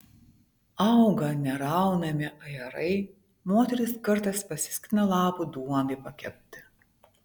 auga neraunami ajerai moterys kartais pasiskina lapų duonai pakepti